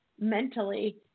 mentally